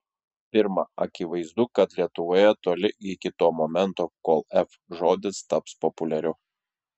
pirma akivaizdu kad lietuvoje toli iki to momento kol f žodis taps populiariu